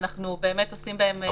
ואנחנו באמת עושים בהם הרבה שימוש.